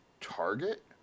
Target